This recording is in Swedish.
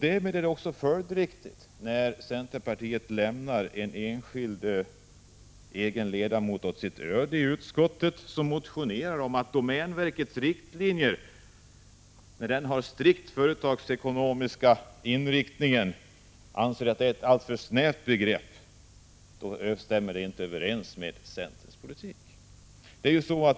Därmed är det också följdriktigt när centerpartiet lämnar en enskild ledamot åt sitt öde i utskottet som, trots att det inte stämmer överens med centerns politik, motionerar om att domänverkets riktlinjer är alltför snäva — trots att de är strikt företagsekonomiska.